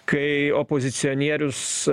kai opozicionierius